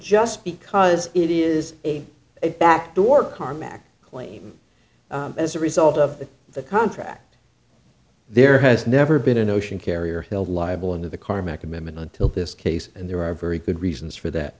just because it is a back door car mack claim as a result of the contract there has never been an ocean carrier held liable in the karmic amendment until this case and there are very good reasons for that